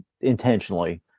intentionally